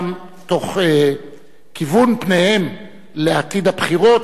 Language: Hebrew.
גם תוך כיוון פניהם לעתיד הבחירות,